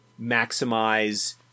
maximize